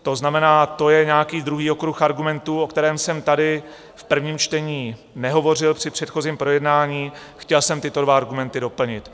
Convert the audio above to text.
To znamená, to je nějaký druhý okruh argumentů, o kterém jsem tady v prvním čtení nehovořil při předchozím projednání chtěl jsem tyto dva argumenty doplnit.